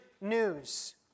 news